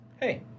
Hey